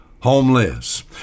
homeless